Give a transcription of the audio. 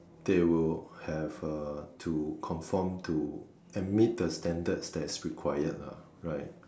they will have uh to confirm to admit the standards that's required right